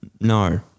No